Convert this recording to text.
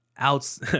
outs